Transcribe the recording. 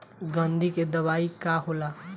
गंधी के दवाई का होला?